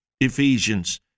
Ephesians